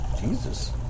Jesus